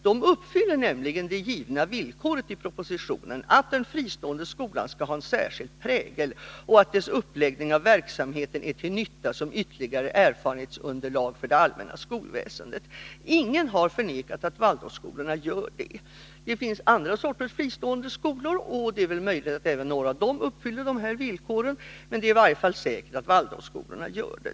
De uppfyller nämligen det givna villkoret i propositionen, att den fristående skolan skall ha en särskild prägel och att dess uppläggning av verksamheten är till nytta som ytterligare erfarenhetsunderlag för det allmänna skolväsendet. Ingen har förnekat att Waldorfskolorna gör detta. Det finns andra sorters fristående skolor, och det är väl möjligt att även några av dem uppfyller dessa villkor, men säkert är i varje fall att Waldorfskolorna gör det.